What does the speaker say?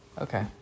Okay